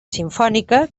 simfònica